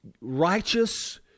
righteous